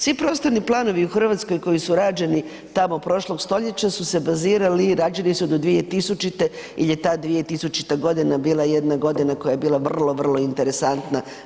Svi prostorni planovi u Hrvatskoj koji su rađeni tamo prošlog stoljeća su se bazirali i rađeni su do 2000. jer je ta 2000. godina bila jedna godina koja je bila vrlo, vrlo interesantna.